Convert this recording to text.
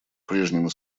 прежнему